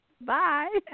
Bye